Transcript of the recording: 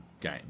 game